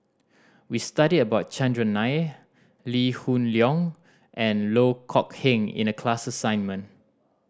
we studied about Chandran Nair Lee Hoon Leong and Loh Kok Heng in the class assignment